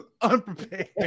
Unprepared